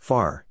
Far